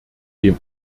dem